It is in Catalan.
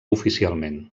oficialment